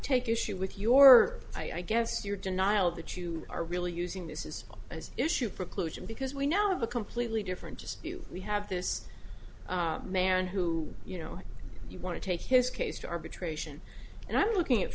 take issue with your i guess your denial that you are really using this is as issue preclusion because we now have a completely different just you we have this man who you know you want to take his case to arbitration and i'm looking at